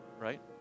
right